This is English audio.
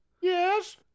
Yes